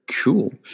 Cool